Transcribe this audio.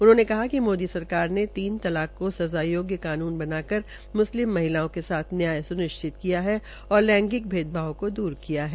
उनहोंने कहा कि मोदी सरकार ने तीन तलाक को सज़ा योग्य कानून बना कर मुस्लिम महिलाओं के साथ न्याय सुनिश्चित किया है तथा लैंगिक भेदभाव को दूर किया है